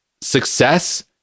success